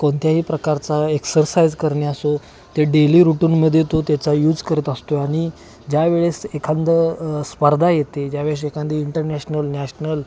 कोणत्याही प्रकारचा एक्सरसाइज करणे असो ते डेली रूटीनमध्ये तो त्याचा यूज करत असतो आहे आणि ज्यावेळेस एखादं स्पर्धा येते ज्यावेळेस एखादी इंटरनॅशनल नॅशनल